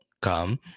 come